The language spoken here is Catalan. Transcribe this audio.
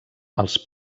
als